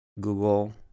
Google